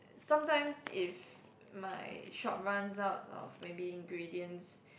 sometimes if my shop runs out of maybe ingredients